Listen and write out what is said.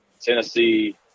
Tennessee